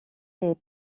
les